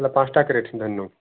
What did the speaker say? ଏଇଟା ପାଞ୍ଚଟା କ୍ୟାରେଟ୍ ଧନୁ